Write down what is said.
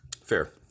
fair